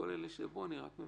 מכל אלה שידברו לקצר.